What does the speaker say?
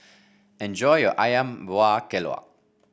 enjoy your ayam Buah Keluak